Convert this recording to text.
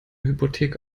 hypothek